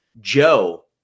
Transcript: Joe